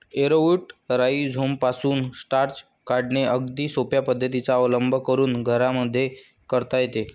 arrowroot राईझोमपासून starch काढणे अगदी सोप्या पद्धतीचा अवलंब करून घरांमध्येही करता येते